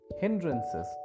hindrances